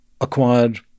acquired